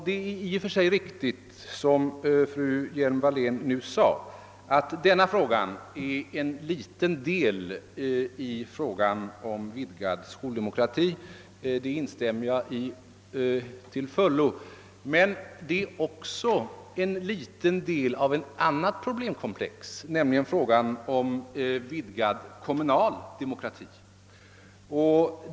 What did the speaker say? Det är i och för sig riktigt, såsom fru Hjelm-Wallén framhållit, att denna fråga är en liten del av frågan om vidgad skoldemokrati. Jag instämmer till fullo i detta. Den är emellertid också en liten del av ett annat problemkomplex, nämligen frågan om vidgad kommunal demokrati.